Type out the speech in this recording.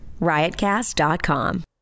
Riotcast.com